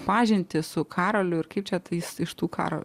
pažintį su karoliu ir kaip čia tais iš tų karo